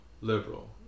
liberal